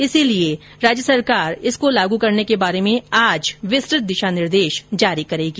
इसलिए राज्य सरकार इसको लागू करने के बारे में आज विस्तृत दिशा निर्देश जारी करेगी